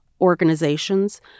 organizations